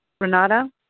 Renata